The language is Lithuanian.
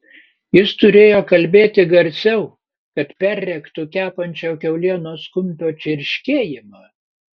jis turėjo kalbėti garsiau kad perrėktų kepančio kiaulienos kumpio čirškėjimą